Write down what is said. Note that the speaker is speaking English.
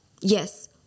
Yes